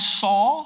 saw